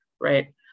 right